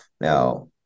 Now